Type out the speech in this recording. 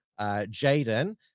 Jaden